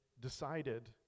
decided